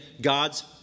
God's